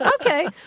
Okay